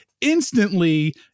instantly